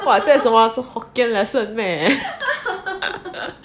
!wah! 这个什么 hokkien lesson meh